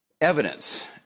evidence